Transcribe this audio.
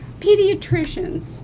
Pediatricians